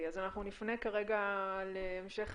נפנה להמשך